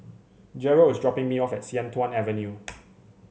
Jerrel is dropping me off at Sian Tuan Avenue